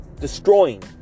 destroying